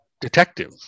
detective